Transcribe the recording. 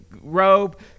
robe